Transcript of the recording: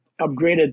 upgraded